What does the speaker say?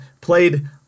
played